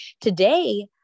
today